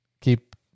keep